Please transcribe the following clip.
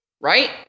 right